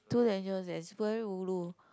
too dangerous that is very ulu